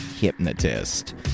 hypnotist